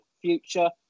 future